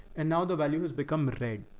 and now the value has become red.